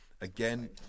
Again